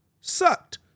sucked